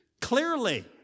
clearly